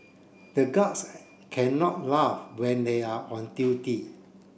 the guards can not laugh when they are on duty